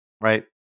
right